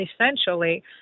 essentially